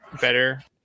better